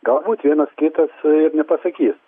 galbūt vienas kitas nepasakys